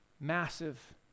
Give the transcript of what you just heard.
Massive